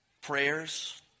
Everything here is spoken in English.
prayers